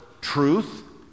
truth